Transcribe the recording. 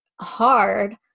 hard